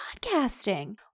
podcasting